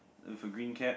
for green cap